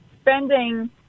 spending